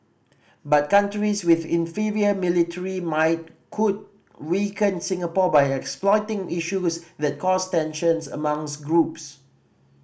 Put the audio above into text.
but countries with inferior military might could weaken Singapore by exploiting issues that cause tensions amongs groups